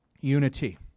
unity